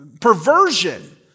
perversion